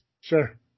Sure